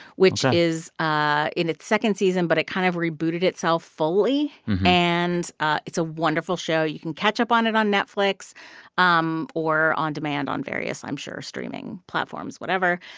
which is. ok. ah in its second season. but it kind of rebooted itself fully and ah it's a wonderful show. you can catch up on it on netflix um or on demand on various, i'm sure, streaming platforms whatever.